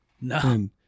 No